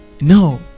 no